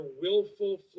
willful